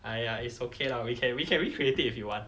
!aiya! it's okay lah we can we can recreate it if you want